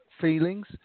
feelings